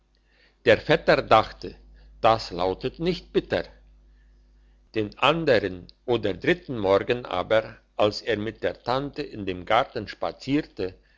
der vetter dachte das lautet nicht bitter den andern oder dritten morgen aber als er mit der tante in dem garten spazierte